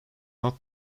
not